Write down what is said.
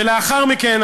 ולאחר מכן,